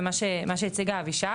ומה שהציגה אבישג